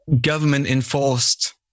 government-enforced